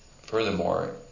furthermore